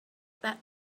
that